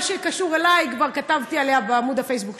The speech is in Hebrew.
מה שקשור אלי, כבר כתבתי עליה בעמוד הפייסבוק שלי.